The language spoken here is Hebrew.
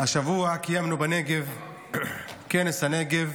השבוע קיימנו בנגב את כנס הנגב,